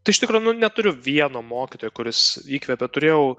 tai iš tikro nu neturiu vieno mokytojo kuris įkvepė turėjau